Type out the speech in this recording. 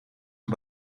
een